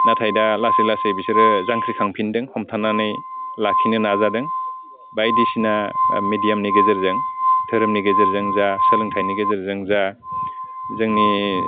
नाथाय दा लासै लासै बिसोरो जांख्रिखांफिन्दों हमथानानै लाखिनो नाजादों बायदिसिना मेदियामनि गेजेरजों दोहोरोमनि गोजेरजों जा सोलोंथाइनि गेजेरजों जा जोंनि